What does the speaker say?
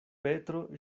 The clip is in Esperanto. petro